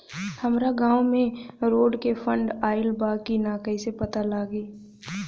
हमरा गांव मे रोड के फन्ड आइल बा कि ना कैसे पता लागि?